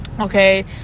okay